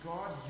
God